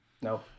no